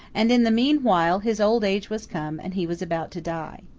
and in the mean while his old age was come, and he was about to die.